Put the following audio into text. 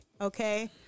Okay